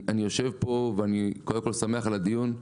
אני יושב פה, ואני קודם כל שמח על הדיון.